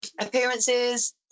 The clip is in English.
appearances